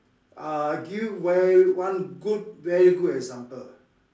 uh give you one one very good example